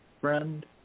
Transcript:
friend